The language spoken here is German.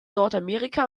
nordamerika